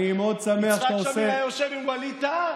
יצחק שמיר היה יושב עם ווליד טאהא?